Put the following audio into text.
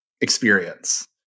experience